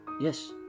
Yes